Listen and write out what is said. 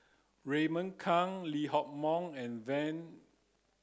Raymond Kang Lee Hock Moh and then